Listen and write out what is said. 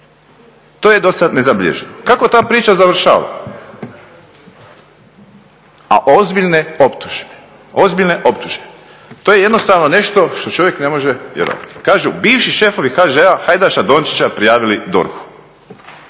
To je do sada nezabilježeno. Kako ta priča završava? A ozbiljne optužbe. To je jednostavno nešto što čovjek ne može vjerovati. Kažu bivši šefovi HŽ-a Hajdaša-Dončića prijavili